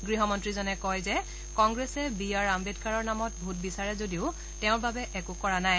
গৃহমন্ত্ৰীজনে কয় যে কংগ্ৰেছে বি আৰ আম্বেদকাৰৰ নামত ভোট বিচাৰে যদিও তেওঁৰ বাবে একো কৰা নাই